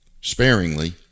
sparingly